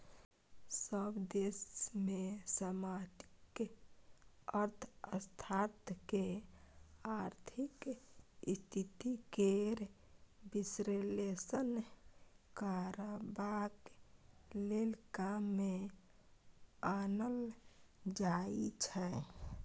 सभ देश मे समष्टि अर्थशास्त्र केँ आर्थिक स्थिति केर बिश्लेषण करबाक लेल काम मे आनल जाइ छै